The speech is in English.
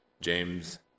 James